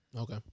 Okay